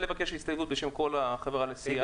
אני רוצה לבקש הסתייגות בשם כל חבריי לסיעה.